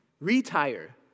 retire